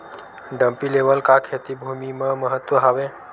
Dumpy level का खेती भुमि म का महत्व हावे?